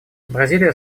бразилия